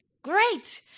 Great